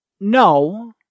No